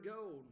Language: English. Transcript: gold